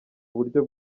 uburyo